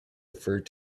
referred